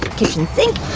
kitchen sink.